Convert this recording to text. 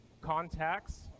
contacts